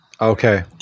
Okay